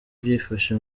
byifashe